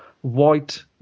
white